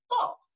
false